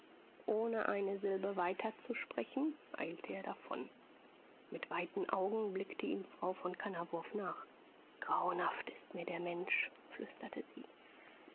ohne eine silbe weiter zu sprechen eilte er davon mit weiten augen blickte ihm frau von kannawurf nach grauenhaft ist mir der mensch flüsterte sie